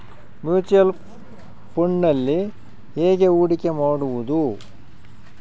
Mutual ಫುಣ್ಡ್ನಲ್ಲಿ ಹೇಗೆ ಹೂಡಿಕೆ ಮಾಡುವುದು?